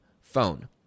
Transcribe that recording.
phone